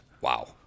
Wow